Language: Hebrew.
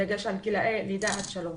בדגש על גילאי לידה עד שלוש.